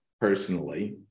personally